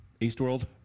Eastworld